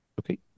Okay